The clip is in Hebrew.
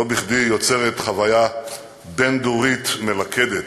לא בכדי היא יוצרת חוויה בין-דורית מלכדת.